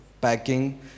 packing